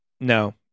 No